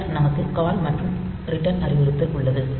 பின்னர் நமக்கு கால் மற்றும் ரிட்டர்ன் அறிவுறுத்தல் உள்ளது